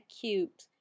cute